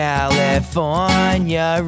California